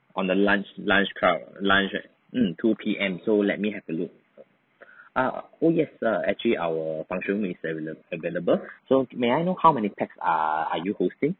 on the lunch lunch crowd lunch right mm two P_M so let me have to look err oh yes err actually our function room is availab~ available so may I know how many pax are are you hosting